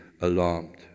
alarmed